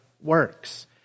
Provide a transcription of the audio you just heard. works